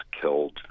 killed